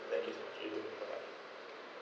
thank you so much with you bye bye